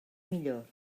millor